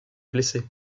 blessée